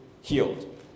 healed